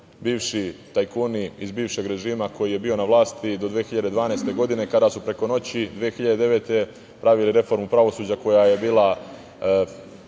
bivši tajkuni iz bivšeg režima koji je bio na vlasti do 2012. godine, kada su preko noći 2009. godine pravili reformu pravosuđa koja je bila